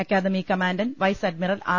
academy commandant vice admiral R